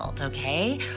okay